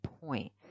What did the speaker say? point